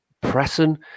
pressing